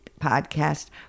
podcast